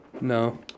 No